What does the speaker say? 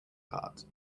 cart